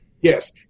Yes